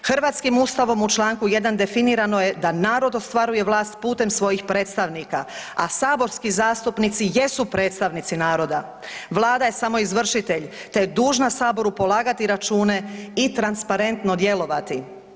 Hrvatskim Ustavom u čl. 1. definirano je da narod ostvaruje vlast putem svojih predstavnika, a saborski zastupnici jesu predstavnici naroda, Vlada je samo izvršitelj te je dužna Saboru polagati račune i transparentno djelovati.